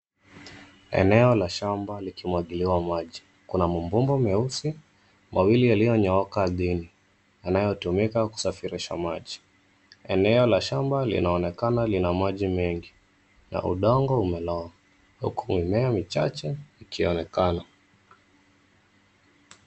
Eneo la shamba likimwagiliwa maji. Kuna mabomba meusi mawili yaliyonyooka ardhini. Yanayotumika kusafirisha maji. Eneo la shamba linaonekana lina maji mengi na udongo umeloa. Huku mimea michache ikionekana.